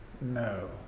no